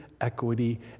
equity